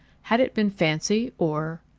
had it been fancy or.